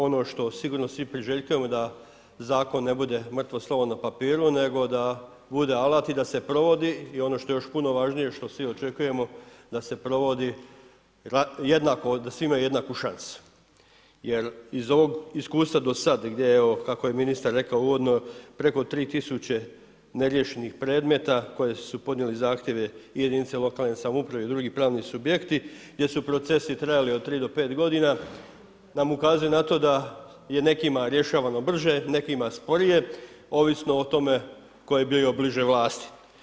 Ono što sigurno svi priželjkujemo da zakon ne bude mrtvo slovo na papiru, nego da bude alat i da se provodi i ono što je još puno važnije, što svi očekujemo da se provodi jednako, da svi imaju jednaku šansu jer iz ovog iskustva do sad, gdje evo kako je ministar rekao uvodno preko 3000 neriješenih predmeta koji su podnijeli zahtjeve i jedinice lokalne samouprave i drugi pravni subjekti, gdje su procesi trajali od 3 do 5 godina nam ukazuje na to da je nekima rješavano brže, nekima sporije, ovisno o tome tko je bio bliže vlasti.